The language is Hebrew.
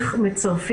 אנחנו לא מוסיפים.